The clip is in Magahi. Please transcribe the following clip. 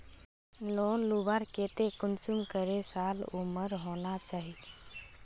लोन लुबार केते कुंसम करे साल उमर होना चही?